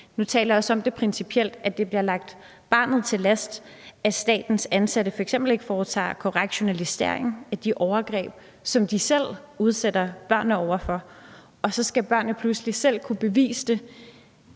nu taler jeg også om det principielt, er, at det bliver lagt barnet til last, at statens ansatte f.eks. ikke foretager korrekt journalisering af de overgreb, som de selv udsætter børnene for, og så skal børnene pludselig selv kunne bevise det